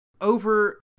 over